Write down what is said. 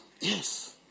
Yes